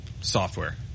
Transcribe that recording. software